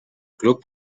club